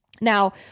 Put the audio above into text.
Now